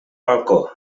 balcó